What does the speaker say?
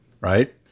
right